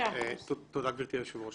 גברתי היושבת-ראש.